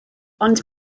ond